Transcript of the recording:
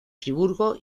friburgo